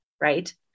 right